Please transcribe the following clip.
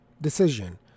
decision